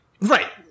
Right